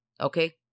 Okay